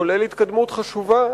כולל התקדמות חשובה.